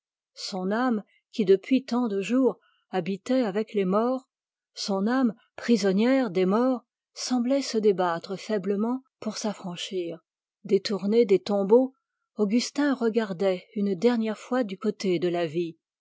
son âme qui depuis tant de jours habitait avec les morts son âme prisonnière des morts se débattait faiblement pour s'affranchir détourné des tombeaux augustin regardait une dernière fois du côté de la vie